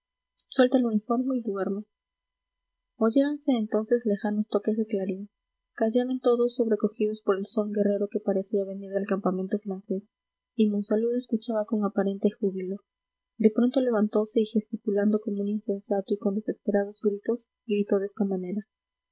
el uniforme y duerme oyéronse entonces lejanos toques de clarín callaron todos sobrecogidos por el son guerrero que parecía venir del campamento francés y monsalud escuchaba con aparente júbilo de pronto levantose y gesticulando como un insensato y con desesperados gritos gritó de esta manera